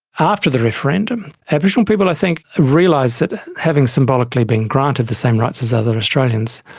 after the referendum aboriginal people i think realised that having symbolically been granted the same rights as other australians,